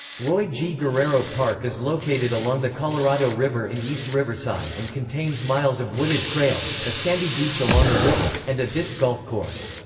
roy g. guerrero park is located along the colorado river in east riverside and contains miles of wooded trails, a sandy beach along the river, and a disc golf course.